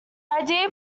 idea